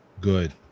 good